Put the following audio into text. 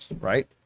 right